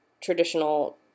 traditional